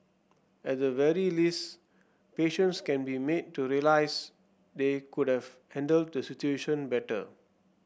at the very least patients can be made to realize they could have handled the situation better